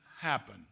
happen